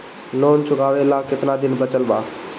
Loan चुकावे ला कितना दिन बचल बा?